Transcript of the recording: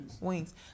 wings